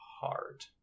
hard